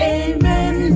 amen